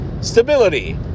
stability